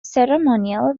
ceremonial